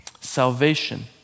salvation